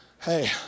Hey